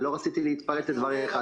ולא רציתי להתפרץ לדבריך.